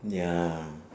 ya